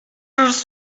just